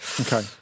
Okay